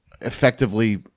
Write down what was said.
effectively